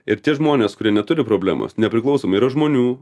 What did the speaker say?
ir tie žmonės kurie neturi problemos nepriklausomai yra žmonių